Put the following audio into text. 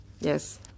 Yes